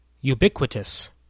Ubiquitous